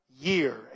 year